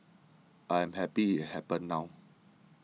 I am happy it happened now